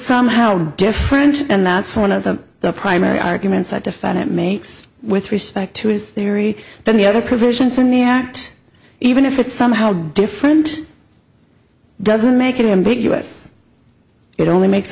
somehow different and that's one of the primary arguments i defend it makes with respect to his theory that the other provisions in the act even if it somehow different doesn't make him beat us it only makes